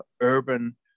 urban